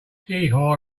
heehaw